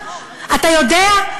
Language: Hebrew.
אתה יודע,